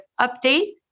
update